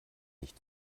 nicht